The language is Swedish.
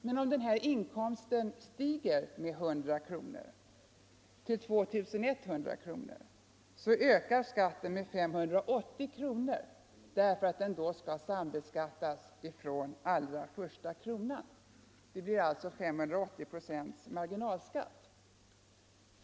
Men om denna inkomst stiger med 100 kronor till 2 100 kronor, ökar skatten med 580 kronor därför att den då skall sambeskattas från allra första kronan. Det blir alltså en marginalskatt på 580 procent.